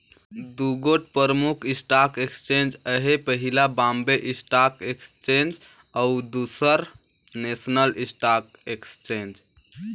दुगोट परमुख stock exchange अहे पहिल बॉम्बे स्टाक एक्सचेंज अउ दूसर नेसनल स्टॉक एक्सचेंज